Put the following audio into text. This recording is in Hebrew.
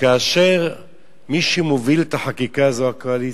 כאשר מי שמוביל את החקיקה זו הקואליציה.